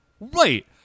Right